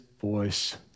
voice